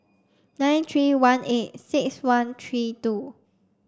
nine three one eight six one three two